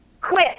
quit